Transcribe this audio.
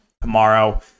tomorrow